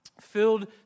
Filled